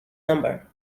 number